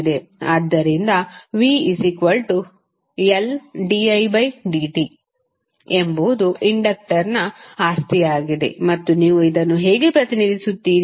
ಆದ್ದರಿಂದvLdidtಎಂಬುದು ಇಂಡಕ್ಟರ್ನ ಆಸ್ತಿಯಾಗಿದೆ ಮತ್ತು ನೀವು ಇದನ್ನು ಹೇಗೆ ಪ್ರತಿನಿಧಿಸುತ್ತೀರಿ